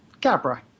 Capra